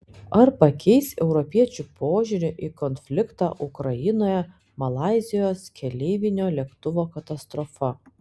ar pakeis europiečių požiūrį į konfliktą ukrainoje malaizijos keleivinio lėktuvo katastrofa